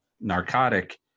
narcotic